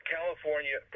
California